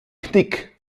knick